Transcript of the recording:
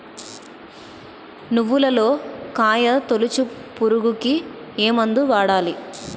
నువ్వులలో కాయ తోలుచు పురుగుకి ఏ మందు వాడాలి?